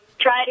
try